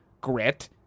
grit